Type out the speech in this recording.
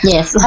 Yes